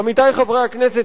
עמיתי חברי הכנסת,